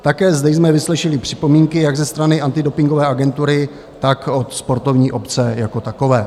Také zde jsme vyslyšeli připomínky, jak ze strany antidopingové agentury, tak od sportovní obce jako takové.